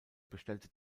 bestellte